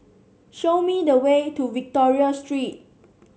show me the way to Victoria Street